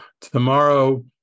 Tomorrow